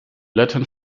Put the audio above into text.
latin